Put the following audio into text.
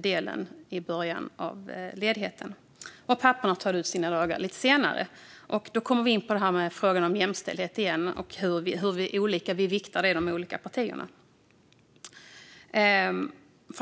delen i början av ledigheten medan papporna tar ut sina dagar lite senare. Här kommer vi åter in på frågan om jämställdhet och hur olika vi viktar detta i de olika partierna.